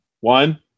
One